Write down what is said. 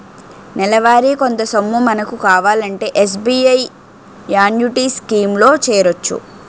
నెలవారీ కొంత సొమ్ము మనకు కావాలంటే ఎస్.బి.ఐ యాన్యుటీ స్కీం లో చేరొచ్చు